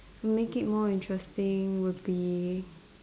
to make it more interesting it will be